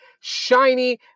shiny